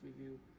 review